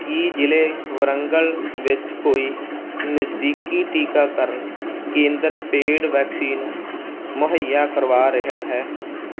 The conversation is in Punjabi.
ਕੀ ਜ਼ਿਲੇ ਵਾਰੰਗਲ ਵਿੱਚ ਕੋਈ ਨਜ਼ਦੀਕੀ ਟੀਕਾਕਰਨ ਕੇਂਦਰ ਪੇਡ ਵੈਕਸੀਨ ਮੁਹੱਈਆ ਕਰਵਾ ਰਿਹਾ ਹੈ